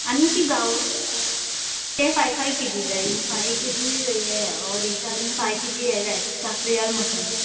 आनी ती गांव ते फाय फाय केजी जाय फाय केजी हे रेशाद आनी फाय केजी हे जाय काफ्रियाल मसालो